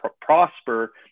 prosper